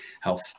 health